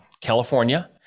California